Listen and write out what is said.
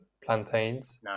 plantains